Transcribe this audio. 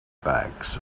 bags